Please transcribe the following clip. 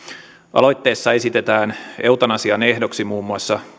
aloitteessa esitetään eutanasian ehdoksi muun muassa